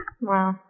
Wow